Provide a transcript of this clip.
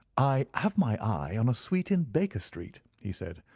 i have my eye on a suite in baker street, he said,